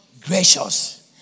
Gracious